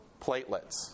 platelets